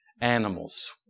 animals